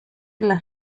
las